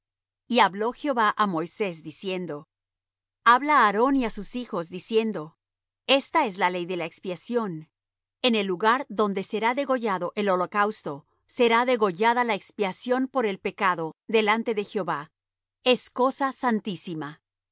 y habló jehová á moisés diciendo habla á aarón y á sus hijos diciendo esta es la ley de la expiación en el lugar donde será degollado el holocausto será degollada la expiación por el pecado delante de jehová es cosa santísima